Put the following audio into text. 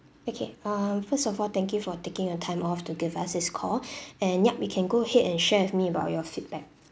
okay um first of all thank you for taking your time off to give us this call and yup you can go ahead and share with me about your feedback